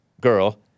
girl